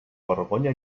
vergonya